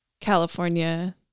California